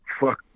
Fuck